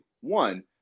One